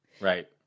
Right